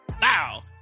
wow